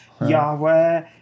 Yahweh